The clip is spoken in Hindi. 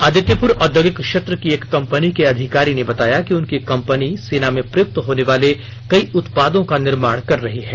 आदित्यपुर औद्योगिक क्षेत्र की एक कंपनी के अधिकारी ने बताया कि उनकी कंपनी सेना में प्रयुक्त होनेवाले कई उत्पादों का निर्माण कर रही है